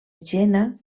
jena